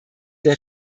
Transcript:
der